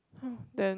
then